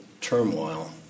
turmoil